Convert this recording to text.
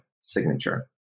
signature